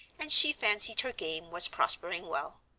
and she fancied her game was prospering well.